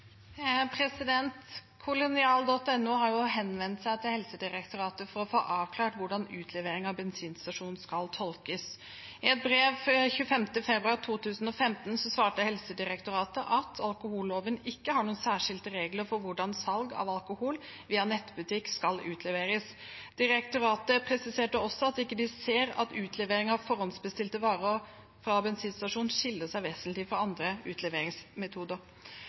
har henvendt seg til Helsedirektoratet for å få avklart hvordan utlevering fra bensinstasjon skal tolkes. I et brev av 25. februar 2015 svarte Helsedirektoratet at alkoholloven ikke har noen særskilte regler om hvordan salg av alkohol via nettbutikk skal utleveres. Direktoratet presiserte også at de ikke ser at utlevering av forhåndsbestilte varer fra bensinstasjon skiller seg vesentlig fra andre utleveringsmetoder.